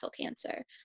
cancer